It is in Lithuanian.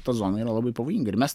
ta zona yra labai pavojinga ir mes